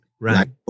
Right